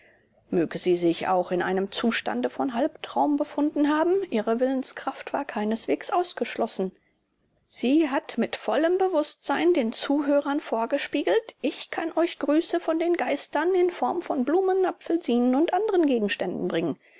möge sie sich auch in einem zustande von halbtraum befunden haben ihre willenskraft war keineswegs ausgeschlossen sie hat mit vollem bewußtsein den zuhörern vorgespiegelt ich kann euch grüße von den geistern in form von blumen apfelsinen und anderen gegenständen bringen